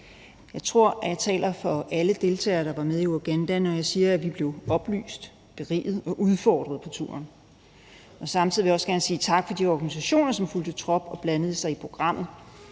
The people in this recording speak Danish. Jeg tror, jeg taler på vegne af alle deltagere, der var med i Uganda, når jeg siger, at vi blev oplyst, beriget og udfordret på turen, og samtidig vil jeg også gerne sige tak til de organisationer, som fulgte trop og blandede sig i programmet.